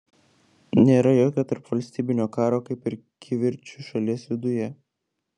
nėra jokio tarpvalstybinio karo kaip ir kivirčų šalies viduje